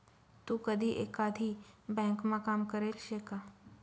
तू कधी एकाधी ब्यांकमा काम करेल शे का?